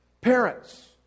Parents